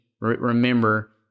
remember